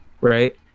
right